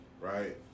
right